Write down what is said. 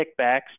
kickbacks